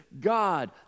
God